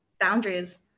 boundaries